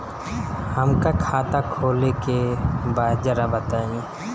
हमका खाता खोले के बा जरा बताई?